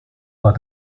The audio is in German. war